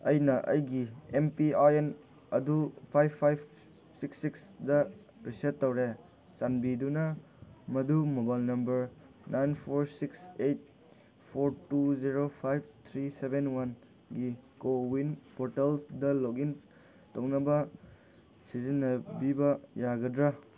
ꯑꯩꯅ ꯑꯩꯒꯤ M P I N ꯑꯗꯨ ꯐꯥꯏꯚ ꯐꯥꯏꯚ ꯁꯤꯛꯁ ꯁꯤꯛꯁꯇ ꯔꯤꯁꯦꯠ ꯇꯧꯔꯦ ꯆꯥꯟꯕꯤꯗꯨꯅ ꯃꯗꯨ mobile number nine four six eight four two zero five three seven ꯋꯥꯟꯒꯤ ꯀꯣꯋꯤꯟ ꯄꯣꯔꯇꯦꯜꯁꯗ ꯂꯣꯛꯏꯟ ꯇꯧꯅꯕ ꯁꯤꯖꯤꯟꯅꯕꯤꯕ ꯌꯥꯒꯗ꯭ꯔ